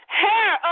hair